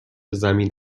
زمین